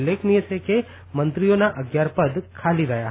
ઉલ્લેખનયી છે કે મંત્રીઓના અગિયાર પદ ખાલી રહ્યા હતા